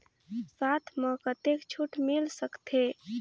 साथ म कतेक छूट मिल सकथे?